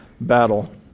battle